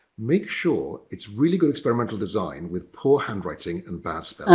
make sure it's really good experimental design with poor handwriting and bad